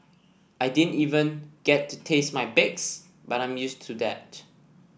I didn't even get to taste my bakes but I'm used to that